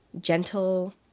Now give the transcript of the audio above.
gentle